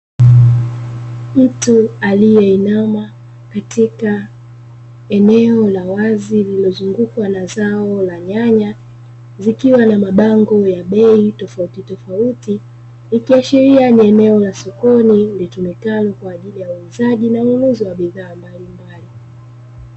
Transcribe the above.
Mtu aliyeinama katika eneo la wazi lililozungukwa na zao la nyanya zikiwa na mabango ya bei tofautitofauti, ikiashiria ni eneo la sokoni litumikalo kwa ajili ya uuzaji na ununuzi wa bidhaa mbalimbali.